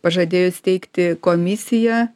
pažadėjo įsteigti komisiją